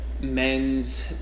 men's